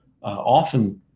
often